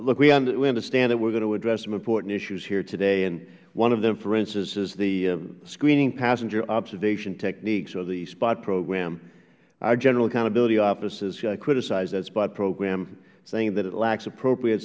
look we understand that we are going to address some important issues here today and one of them for instance is the screening passenger observation techniques or the spot program our general accountability office has criticized that spot program saying that it lacks appropriate